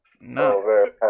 no